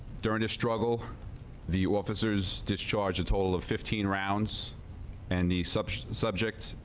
during a struggle the you officers this charge a toll of fifteen rounds and the substance subject,